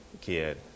kid